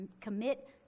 commit